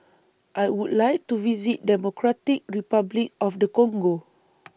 I Would like to visit Democratic Republic of The Congo